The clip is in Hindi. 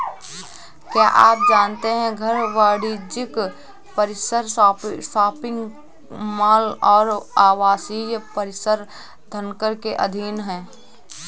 क्या आप जानते है घर, वाणिज्यिक परिसर, शॉपिंग मॉल और आवासीय परिसर धनकर के अधीन हैं?